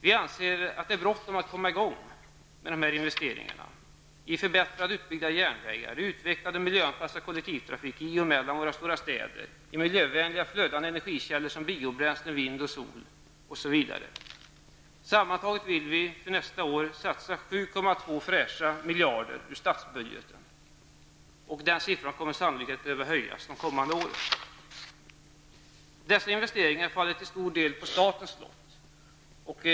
Vi anser att det är bråttom med att komma i gång med de här investeringarna i förbättrade utbyggda järnvägar, i utvecklad och miljöanpassad kollektivtrafik i och mellan våra stora städer, i miljövänliga flödande energikällor som biobränslen, vind och sol osv. Sammantaget vill vi för nästa år satsa 7,2 fräscha miljarder ur statsbudgeten. Den siffran kommer sannolikt att behöva höjas de kommande åren. Dessa investeringar faller till stor del på statens lott.